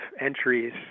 entries